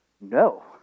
No